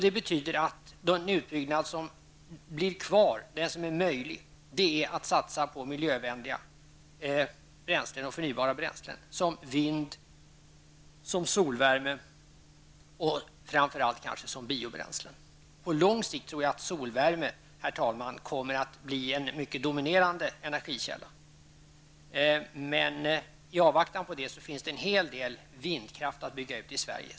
Det betyder att den utbyggnad som blir kvar, som är möjlig, är att satsa på miljövänliga och förnybara bränslen som vind, solvärme och kanske framför allt biobränsle. På lång sikt tror jag att solvärme kommer att bli en mycket dominerande energikälla, men i avvaktan på det finns det en hel del vindkraft att bygga ut i Sverige.